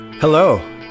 Hello